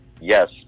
yes